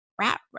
rat